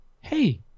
Hey